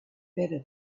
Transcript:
better